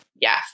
Yes